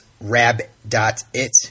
rab.it